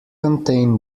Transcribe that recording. contain